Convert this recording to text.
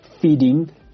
feeding